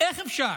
איך אפשר?